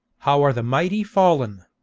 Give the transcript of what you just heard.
how are the mighty fallen